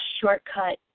shortcut